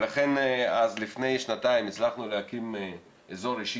לכן לפני שנתיים הצלחנו להקים אזור אישי